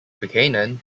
buchanan